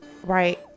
Right